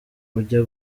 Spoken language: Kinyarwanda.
ujya